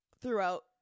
throughout